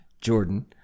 Jordan